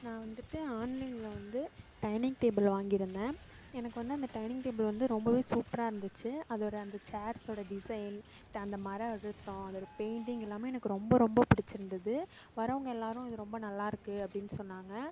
நான் வந்துட்டு ஆன்லைனில் வந்து டைனிங் டேபிள் வாங்கியிருந்தேன் எனக்கு வந்து அந்த டைனிங் டேபிள் வந்து ரொம்பவே சூப்பராக இருந்துச்சு அதோட அந்த சேர்ஸோட டிசைன் ட அந்த மர அழுத்தம் அதோட பெயிண்டிங் எல்லாமே எனக்கு ரொம்ப ரொம்ப பிடிச்சி இருந்தது வரவங்க எல்லாேரும் இது ரொம்ப நல்லாயிருக்கு அப்படின் சொன்னாங்க